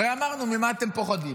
הרי אמרנו: ממה אתם פוחדים,